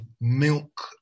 milk